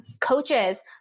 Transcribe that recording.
coaches